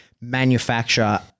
manufacture